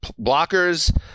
blockers